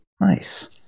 Nice